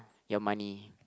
your money